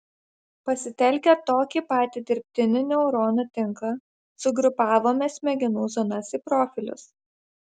pasitelkę tokį patį dirbtinį neuronų tinklą sugrupavome smegenų zonas į profilius